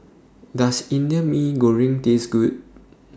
Does Indian Mee Goreng Taste Good